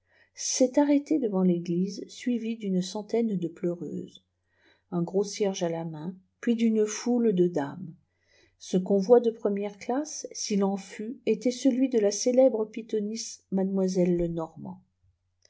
s'est arrêté devant léguse uivi d'un centaine de pleureuses un gros cierge à la majn puis dne fpule m liâmes ce convoi de première classe s en lûu éîtsat peïui cu la célèbre pythonisse mademoiselle